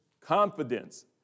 confidence